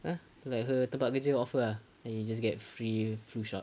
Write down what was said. !huh! like her tempat kerja offer then you just get free flu shot